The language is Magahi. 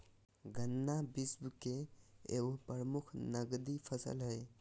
गन्ना विश्व के एगो प्रमुख नकदी फसल हइ